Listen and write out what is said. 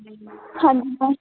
ਹਾਂਜੀ ਮੈਮ